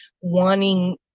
wanting